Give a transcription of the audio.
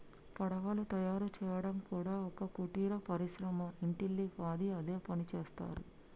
పడవలు తయారు చేయడం కూడా ఒక కుటీర పరిశ్రమ ఇంటిల్లి పాది అదే పనిచేస్తరు